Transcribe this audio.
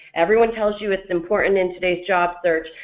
everyone tells you it's important in today's job search,